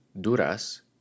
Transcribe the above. Duras